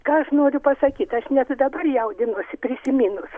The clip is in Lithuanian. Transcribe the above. ką aš noriu pasakyt ar net dabar jaudinuosi prisiminus